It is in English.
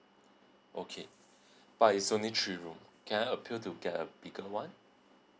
okay but is only three room can I appeal to get a bigger one